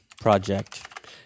project